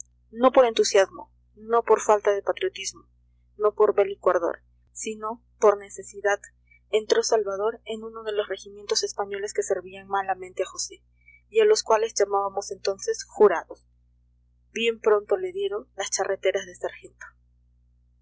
no por entusiasmo no por falta de patriotismo no por bélico ardor sino por necesidad entró salvador en uno de los regimientos españoles que servían malamente a josé y a los cuales llamábamos entonces jurados bien pronto le dieron las charreteras de